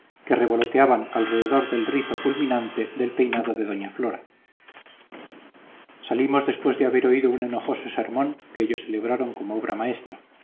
que revoloteaban alrededor del rizo culminante del peinado de doña flora salimos después de haber oído un enojoso sermón que ellos celebraron como obra maestra